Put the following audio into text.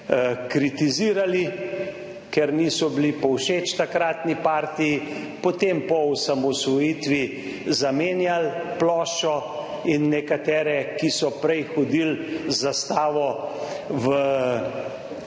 kritizirali, ker niso bili povšeči takratni partiji, potem po osamosvojitvi zamenjali ploščo in nekatere, ki so prej hodili z zastavo v